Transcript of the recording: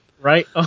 Right